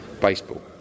baseball